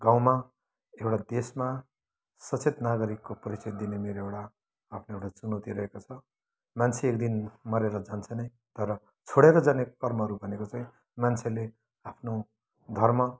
गाउँमा एउटा देशमा सचेत नागरिकको परिचय दिने मेरो एउटा आफ्नो एउटा चुनौती रहेको छ मान्छे एक दिन मरेर जान्छ नै तर छोडेर जाने कर्महरू भनेको चाहिँ मान्छेले आफ्नो धर्म